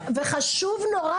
וחשוב נורא,